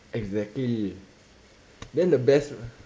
exactly then the best